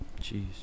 Jeez